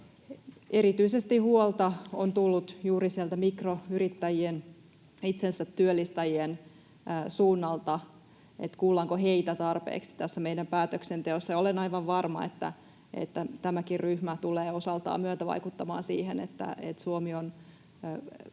Erityisesti huolta on tullut juuri sieltä mikroyrittäjien, itsensä työllistäjien suunnalta, että kuullaanko heitä tarpeeksi tässä meidän päätöksenteossa, ja olen aivan varma, että tämäkin ryhmä tulee osaltaan myötävaikuttamaan siihen, että Suomi on